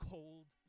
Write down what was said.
Cold